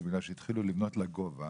היא בגלל שהתחילו לבנות מגדלים לגובה